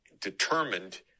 determined